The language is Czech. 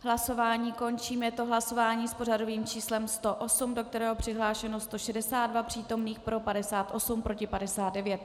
Hlasování končím, je to hlasování s pořadovým číslem 108, do kterého je přihlášeno 162 přítomných, pro 58, proti 59.